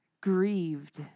grieved